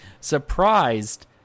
surprised